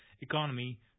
economy